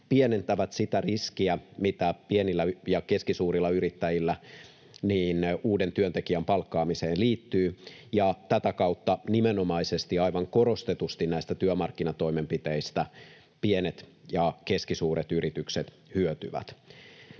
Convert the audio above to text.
pienentävät sitä riskiä, mitä pienillä ja keskisuurilla yrittäjillä uuden työntekijän palkkaamiseen liittyy. Tätä kautta aivan korostetusti näistä työmarkkinatoimenpiteistä pienet ja keskisuuret yritykset hyötyvät.